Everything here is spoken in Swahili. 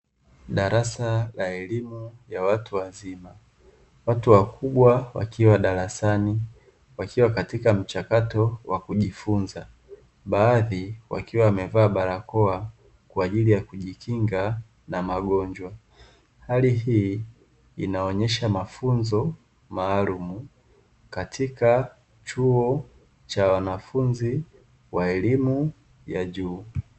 Darasa la elimu ya watu wazima, watu wakubwa wakiwa darasani wakiwa kwenye mchakato wa kujifunza, baadhi wakiwa wamevaa barakoa kwa ajili ya kujikinga na magonjwa. Hali hii inaonyesha mafunzo maalumu katika chuo cha wanafunzi wa elimu ya juu.